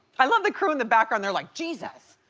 i love the crew in the background their like jesus